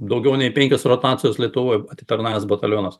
daugiau nei penkias rotacijas lietuvoj atitarnavęs batalionas